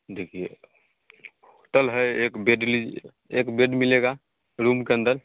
देखिए होटल है एक बेड लीजिए एक बेड मिलेगा रूम के अंदर